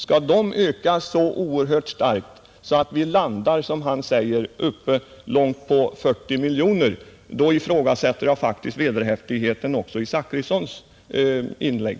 Skall de öka så oerhört starkt att det rör sig om — som herr Zachrisson säger — belopp på uppemot 40 miljoner, då ifrågasätter jag faktiskt också vederhäftigheten i herr Zachrissons inlägg.